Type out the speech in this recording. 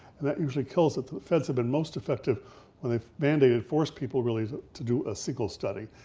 and that usually kills it. the effects have been most effective when they've mandated, forced people really to do a single study,